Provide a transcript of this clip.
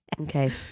Okay